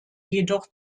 jedoch